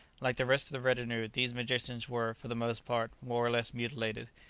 like the rest of the retinue, these magicians were, for the most part, more or less mutilated,